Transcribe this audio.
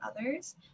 others